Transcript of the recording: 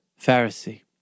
Pharisee